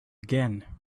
again